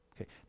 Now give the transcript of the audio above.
Okay